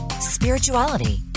spirituality